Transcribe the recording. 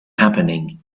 happening